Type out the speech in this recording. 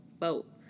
vote